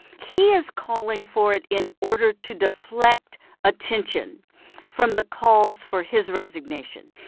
he is calling for it in order to deflect attention from the calls for his resignation,